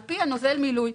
על פי נוזל המילוי.